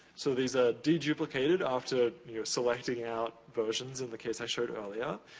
so, these are de-duplicated after selecting out versions in the case i showed earlier.